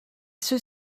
ceux